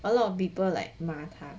a lot of people like 骂他